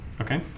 Okay